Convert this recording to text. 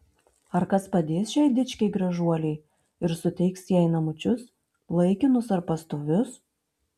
ar kas padės šiai dičkei gražuolei ir suteiks jai namučius laikinus ar pastovius